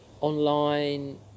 online